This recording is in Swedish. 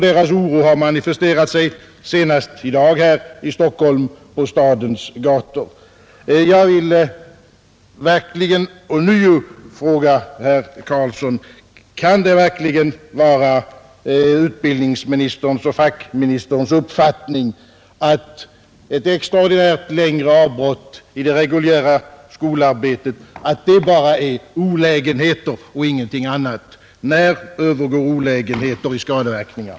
Deras oro har manifesterat sig senast i dag här i Stockholm på stadens gator. Jag vill ånyo fråga herr Carlsson: Kan det verkligen vara utbildningsministerns och fackministerns uppfattning att ett extraordinärt längre avbrott i det reguljära skolarbetet bara är olägenheter och ingenting annat? När övergår olägenheter i skadeverkningar?